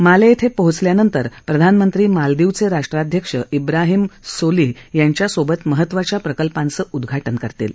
माले धिं पोहोचल्यानंतर प्रधानमंत्री मालदिवचे राष्ट्राध्यक्ष ब्राहिम सोलिह यांच्यासोबत महत्वाच्या प्रकल्पांचं उद्घाटन करतील